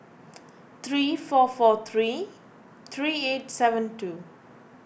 three four four three three eight seven two